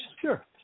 sure